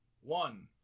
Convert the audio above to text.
one